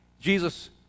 Jesus